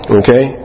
okay